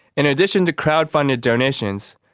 in addition to crowd funded donations,